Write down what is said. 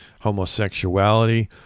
homosexuality